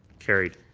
carried.